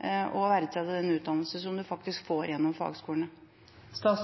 verdsette den utdannelsen som man faktisk får gjennom fagskolene? For